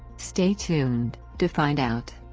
stay tuned to find out.